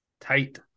tight